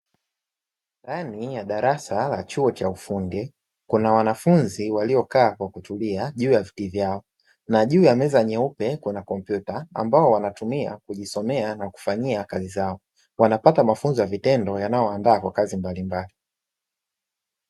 Ndani ya darasa la chuo cha ufundi, kuna wanafunzi waliokaa kwa kutulia juu ya viti vyao na juu ya meza nyeupe kuna kompyuta ambazo wanatumia kwa ajili ya kujisomea na kufanyia kazi zao, wanapata mafunzo ya vitendo yanayowandaa kwa kazi mbalimbali.